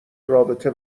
رابطه